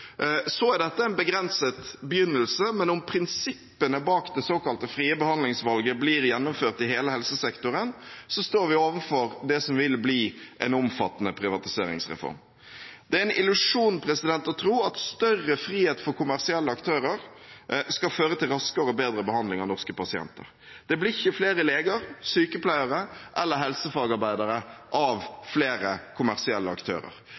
er en begrenset begynnelse, men om prinsippene bak det såkalte frie behandlingsvalget blir gjennomført i hele helsesektoren, står vi overfor det som vil bli en omfattende privatiseringsreform. Det er en illusjon å tro at større frihet for kommersielle aktører skal føre til raskere og bedre behandling av norske pasienter. Det blir ikke flere leger, sykepleiere eller helsefagarbeidere av flere kommersielle aktører.